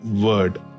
word